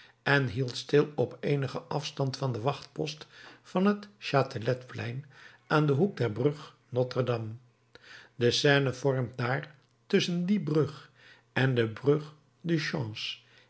en hield stil op eenigen afstand van den wachtpost van het chateletplein aan den hoek der brug nôtre dame de seine vormt dààr tusschen die brug en de brug du